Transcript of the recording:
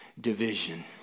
division